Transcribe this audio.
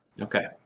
Okay